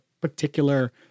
particular